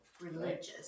Religious